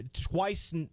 twice